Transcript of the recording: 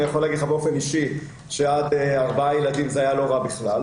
אני יכול להגיד לך באופן אישי שעד ארבעה ילדים זה היה לא רע בכלל.